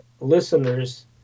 listeners